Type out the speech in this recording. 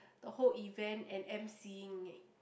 the whole event and emceeing it